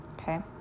Okay